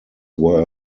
were